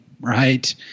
right